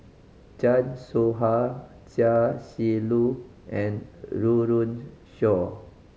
Chan Soh Ha Chia Shi Lu and Run Run Shaw